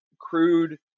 crude